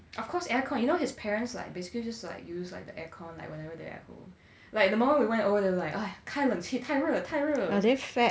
of course aircon you know his parents like basically just like use like the aircon like whenever they're at home like the moment we went over they're like ugh 开冷气太热了太热了